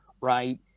right